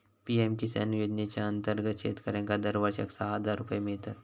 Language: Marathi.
पी.एम किसान योजनेच्या अंतर्गत शेतकऱ्यांका दरवर्षाक सहा हजार रुपये मिळतत